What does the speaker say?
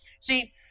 See